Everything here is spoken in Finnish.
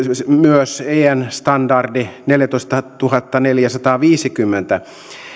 myös en standardi neljätoistatuhattaneljäsataaviisikymmentä